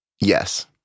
yes